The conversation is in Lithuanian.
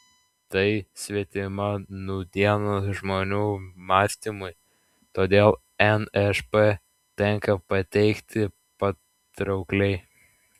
tai svetima nūdienos žmonių mąstymui todėl nšp tenka pateikti patraukliai